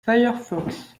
firefox